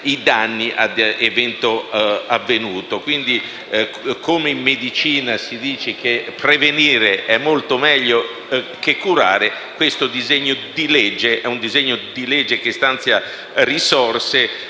i danni ad evento avvenuto. Quindi, come in medicina si dice che prevenire è molto meglio che curare, questo disegno di legge stanzia risorse